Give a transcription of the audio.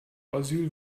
asyl